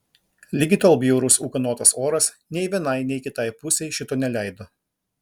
ligi tol bjaurus ūkanotas oras nei vienai nei kitai pusei šito neleido